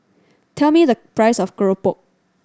tell me the price of keropok